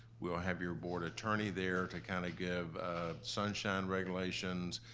we'll have your board attorney there to kind of give sunshine regulations,